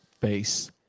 Face